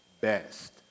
best